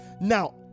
Now